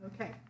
Okay